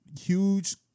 huge